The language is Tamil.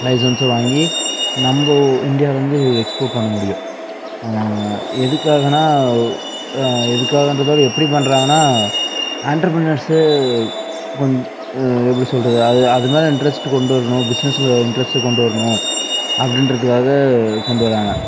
லைசன்ஸும் வாங்கி நம்ம இந்தியாலேருந்து எக்ஸ்போர்ட் பண்ண முடியும் எதுக்காகன்னா எதுக்காகன்றதோடு எப்படி பண்ணுறாங்கன்னா ஆன்டர்பிரனர்ஸு கொன் எப்படி சொல்கிறது அது அதுமேலே இன்ட்ரஸ்ட்டு கொண்டு வரணும் பிஸ்னஸில் இன்ட்ரஸ்ட்டு கொண்டு வரணும் அப்படின்றதுக்காக கொண்டு வர்றாங்க